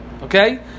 Okay